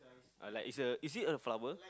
I like is a is it a flower